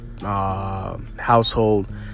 household